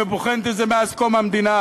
היא בוחנת את זה מאז קום המדינה.